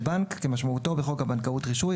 "בנק" - כמשמעותו בחוק הבנקאות (רישוי),